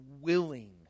willing